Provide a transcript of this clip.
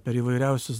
per įvairiausias